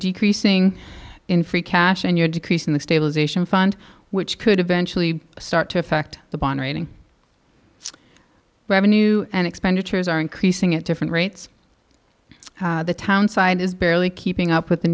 decreasing in free cash and your decrease in the stabilization fund which could eventually start to affect the bond rating revenue and expenditures are increasing at different rates the town side is barely keeping up with the